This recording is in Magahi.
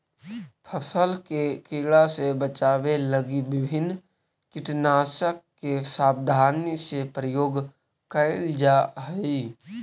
फसल के कीड़ा से बचावे लगी विभिन्न कीटनाशक के सावधानी से प्रयोग कैल जा हइ